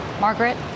Margaret